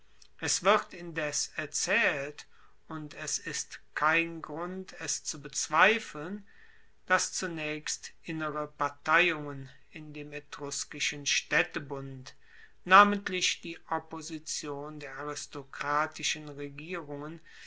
es wird indes erzaehlt und es ist kein grund es zu bezweifeln dass zunaechst innere parteiungen in dem etruskischen staedtebund namentlich die opposition der aristokratischen regierungen